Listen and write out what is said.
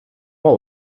all